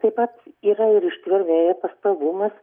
taip pat yra ir ištvermė pastovumas